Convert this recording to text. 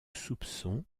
soupçon